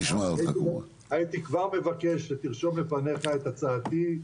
הייתי כבר מבקש שתרשום לפניך את הצעדים,